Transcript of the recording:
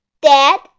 Dad